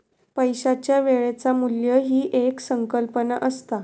पैशाच्या वेळेचा मू्ल्य ही एक संकल्पना असता